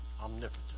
omnipotent